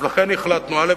אז לכן החלטנו, א.